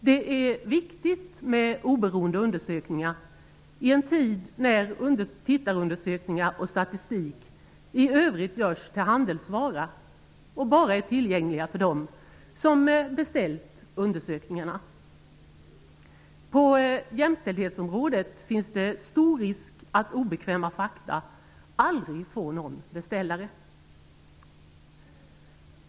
Det är viktigt med oberoende undersökningar i en tid när tittarundersökningar och statistik i övrigt görs till handelsvara och bara är tillgängliga för dem som beställt undersökningarna. På jämställdhetsområdet finns det stor risk för att obekväma fakta aldrig får någon beställare.